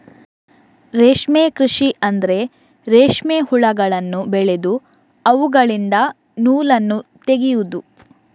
ರೇಷ್ಮೆ ಕೃಷಿ ಅಂದ್ರೆ ರೇಷ್ಮೆ ಹುಳಗಳನ್ನು ಬೆಳೆದು ಅವುಗಳಿಂದ ನೂಲನ್ನು ತೆಗೆಯುದು